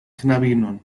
knabinon